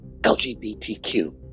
LGBTQ